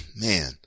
man